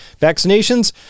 vaccinations